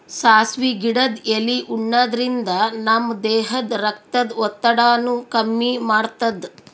ಸಾಸ್ವಿ ಗಿಡದ್ ಎಲಿ ಉಣಾದ್ರಿನ್ದ ನಮ್ ದೇಹದ್ದ್ ರಕ್ತದ್ ಒತ್ತಡಾನು ಕಮ್ಮಿ ಮಾಡ್ತದ್